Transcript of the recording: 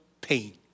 pain